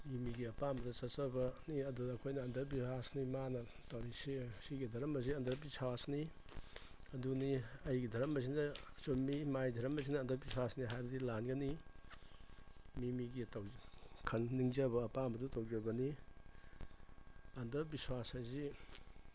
ꯃꯤ ꯃꯤꯒꯤ ꯑꯄꯥꯝꯕꯗ ꯆꯠꯆꯕꯅꯤ ꯑꯗꯨꯅ ꯑꯩꯈꯣꯏꯅ ꯑꯟꯗꯕꯤꯁ꯭ꯋꯥꯁꯅꯤ ꯃꯥꯅ ꯇꯧꯔꯤꯁꯦ ꯁꯤꯒꯤ ꯙꯔꯃꯁꯦ ꯑꯟꯗꯕꯤꯁ꯭ꯋꯥꯁꯅꯤ ꯑꯗꯨꯅꯤ ꯑꯩꯒꯤ ꯙꯔꯃꯁꯤꯅ ꯆꯨꯝꯃꯤ ꯃꯥꯏ ꯗꯔꯃꯥꯁꯤꯅ ꯑꯟꯗꯕꯤꯁ꯭ꯋꯥꯁꯅꯤ ꯍꯥꯏꯕꯗꯤ ꯂꯥꯟꯒꯅꯤ ꯃꯤ ꯃꯤꯒꯤ ꯅꯤꯡꯖꯕ ꯑꯄꯥꯝꯕꯗꯨ ꯇꯧꯖꯕꯅꯤ ꯑꯟꯗꯕꯤꯁ꯭ꯋꯥꯁ ꯍꯥꯏꯁꯤ